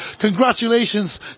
congratulations